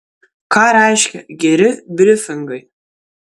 ką reiškia geri brifingai